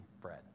bread